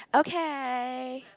okay